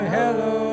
hello